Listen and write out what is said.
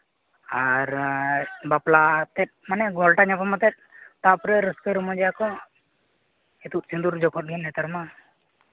ᱟᱨ ᱵᱟᱯᱞᱟ ᱛᱮᱫ ᱢᱟᱱᱮ ᱜᱷᱚᱞᱴᱟ ᱧᱟᱯᱟᱢ ᱠᱟᱛᱮᱫ ᱛᱟᱨᱯᱚᱨᱮ ᱨᱟᱹᱥᱠᱟᱹ ᱨᱚᱢᱚᱡ ᱮᱫᱟᱠᱚ ᱤᱛᱩᱫᱼᱥᱤᱸᱫᱩᱨ ᱡᱚᱠᱷᱚᱱᱜᱮ ᱱᱮᱛᱟᱨ ᱢᱟ